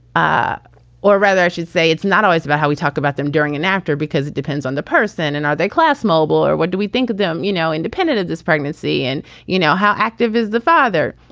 ah or rather, i say, it's not always about how we talk about them during and after because it depends on the person and are they class, mobile or what do we think of them? you know, independent of this pregnancy and you know, how active is the father?